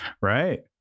Right